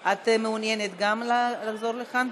גם את מעוניינת לחזור לכאן?